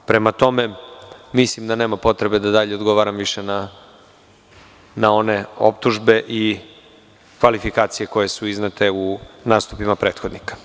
Mislim da nema potrebe da dalje odgovaram na one optužbe i kvalifikacije koje su iznete u nastupima prethodnika.